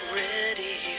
ready